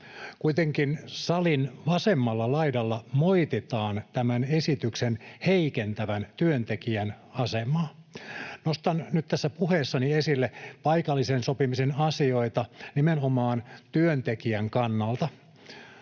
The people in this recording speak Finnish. Kuitenkin salin vasemmalla laidalla moititaan tämän esityksen heikentävän työntekijän asemaa. Nostan nyt tässä puheessani esille paikallisen sopimisen asioita nimenomaan työntekijän kannalta.